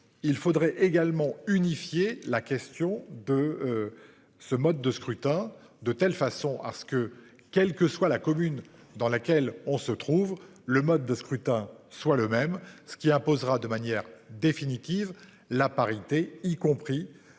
Il faudrait également unifier la question de. Ce mode de scrutin de telle façon à ce que, quelle que soit la commune dans laquelle on se trouve le mode de scrutin soit le même ce qui imposera de manière définitive la parité, y compris dans